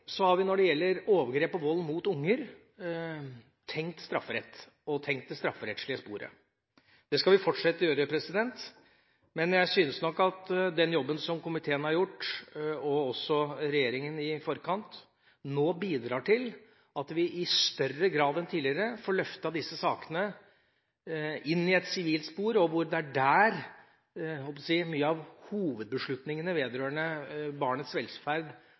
har vi, når det gjelder overgrep og vold mot unger, tenkt strafferett, tenkt det strafferettslige sporet. Det skal vi fortsette å gjøre, men jeg syns nok at den jobben som komiteen har gjort – og også regjeringa, i forkant – nå bidrar til at vi i større grad enn tidligere får løftet disse sakene inn i et sivilt spor, for det er der mye av hovedbeslutningene vedrørende barnets velferd